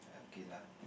okay lah